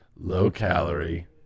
low-calorie